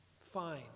Fine